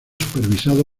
supervisado